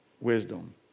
Wisdom